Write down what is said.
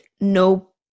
no